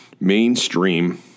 mainstream